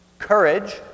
Courage